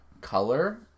color